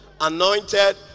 anointed